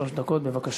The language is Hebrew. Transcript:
שלוש דקות, בבקשה.